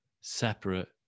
separate